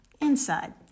Inside